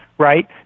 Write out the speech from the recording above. Right